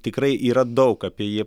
tikrai yra daug apie jį